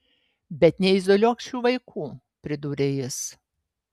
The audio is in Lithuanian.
bet neizoliuok šių vaikų pridūrė jis